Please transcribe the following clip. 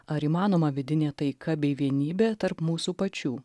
ar įmanoma vidinė taika bei vienybė tarp mūsų pačių